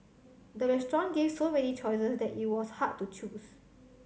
the restaurant gave so many choices that it was hard to choose